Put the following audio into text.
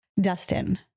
Dustin